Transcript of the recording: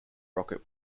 rocket